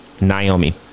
Naomi